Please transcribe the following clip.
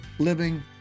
living